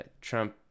Trump